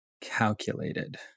calculated